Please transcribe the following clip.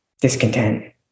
discontent